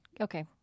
Okay